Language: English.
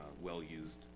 well-used